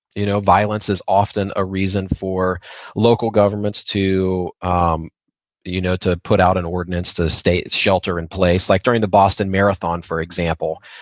you know violence is often a reason for local governments to ah you know to put out an ordinance to shelter in place. like during the boston marathon, for example,